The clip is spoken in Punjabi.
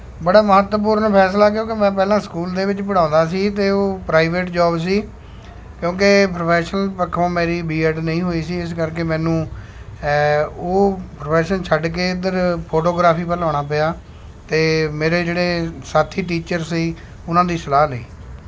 ਬੜਾ ਮਹੱਤਪੂਰਨ ਫੈਸਲਾ ਕਿਉਂਕਿ ਮੈਂ ਪਹਿਲਾਂ ਸਕੂਲ ਦੇ ਵਿੱਚ ਪੜਾਉਂਦਾ ਸੀ ਅਤੇ ਉਹ ਪ੍ਰਾਈਵੇਟ ਜੋਬ ਸੀ ਕਿਉਂਕਿ ਪ੍ਰੋਫੈਸ਼ਨ ਪੱਖੋਂ ਮੇਰੀ ਬੀ ਐੱਡ ਨਹੀਂ ਹੋਈ ਸੀ ਇਸ ਕਰਕੇ ਮੈਨੂੰ ਉਹ ਪ੍ਰੋਫੈਸ਼ਨ ਛੱਡ ਕੇ ਇੱਧਰ ਫੋਟੋਗ੍ਰਾਫੀ ਵੱਲ ਆਉਣਾ ਪਿਆ ਅਤੇ ਮੇਰੇ ਜਿਹੜੇ ਸਾਥੀ ਟੀਚਰ ਸੀ ਉਹਨਾਂ ਦੀ ਸਲਾਹ ਲਈ